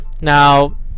now